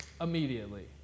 immediately